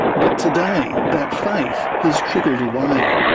but today, that faith has trickled away.